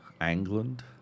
England